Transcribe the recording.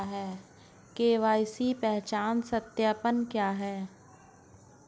KYC पहचान सत्यापन क्या है?